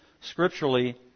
scripturally